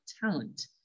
talent